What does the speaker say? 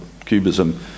Cubism